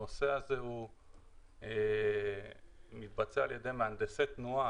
הנושא הזה מתבצע על ידי מהנדסי תנועה,